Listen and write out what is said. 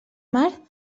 mar